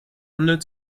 handel